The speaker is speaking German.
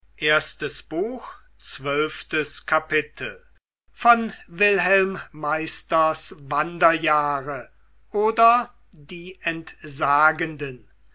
wolfgang goethe wilhelm meisters wanderjahre oder die entsagenden